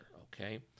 Okay